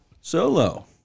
Solo